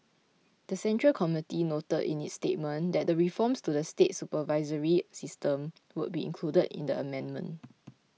the Central Committee noted in its statement that reforms to the state supervisory system would be included in the amendment